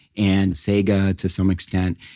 and sega to some extent.